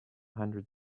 hundred